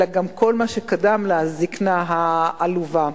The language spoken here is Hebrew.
אלא כל מה שקדם לזיקנה העלובה.